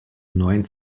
neun